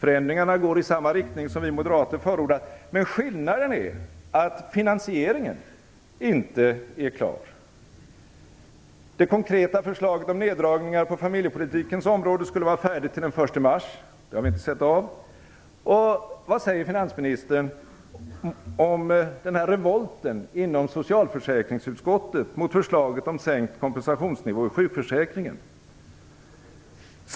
Förändringarna går i samma riktning som vi moderater förordat, men skillnaden är att finansieringen inte är klar. Det konkreta förslaget om neddragningar på familjepolitikens område skulle vara färdigt till den 1 mars - det har vi inte sett av. Vad säger finansministern om revolten inom socialförsäkringsutskottet mot förslaget om sänkt kompensationsnivå i sjukförsäkringen?